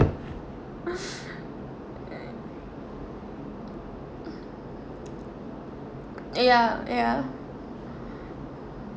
ya ya